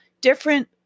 different